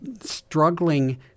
struggling